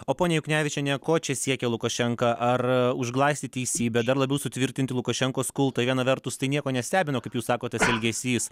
o ponia juknevičiene ko čia siekia lukašenka ar užglaistyt teisybė dar labiau sutvirtint lukašenkos kultą viena vertus tai nieko nestebina kaip jūs sakot tas elgesys